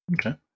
okay